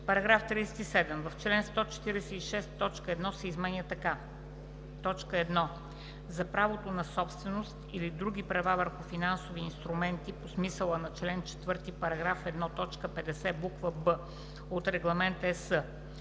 § 37: „§ 37. В чл. 146 т. 1 се изменя така: „1. за правото на собственост или други права върху финансови инструменти по смисъла на чл. 4, параграф 1, т. 50, буква „б“ от Регламент (ЕС)